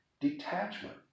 detachment